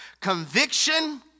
conviction